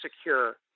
secure